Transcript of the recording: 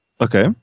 okay